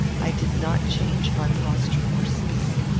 i did not change my posture or speak.